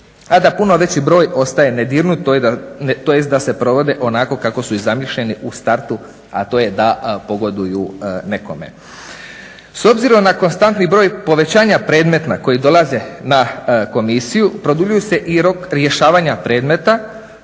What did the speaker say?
a da puno veći broj ostaje nedirnut, tj. da se provode onako kako su i zamišljeni u startu, a to je da pogoduju nekome. S obzirom na konstantni broj povećanja predmeta koji dolaze na Komisiju, produljuje se i rok rješavanja predmeta,